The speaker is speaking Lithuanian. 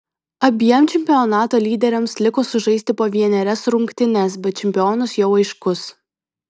abiem čempionato lyderiams liko sužaisti po vienerias rungtynes bet čempionas jau aiškus